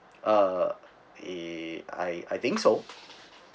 uh eh I I think so